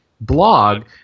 blog